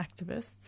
activists